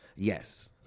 Yes